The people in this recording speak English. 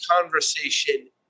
conversation